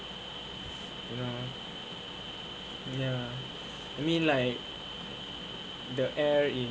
you know ya I mean like the air